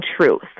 truth